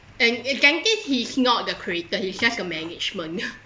and apparently he is not the creator he just a management